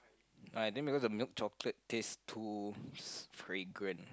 ah then because the milk chocolate taste too s~ fragrant